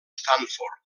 stanford